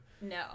no